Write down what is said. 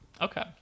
Okay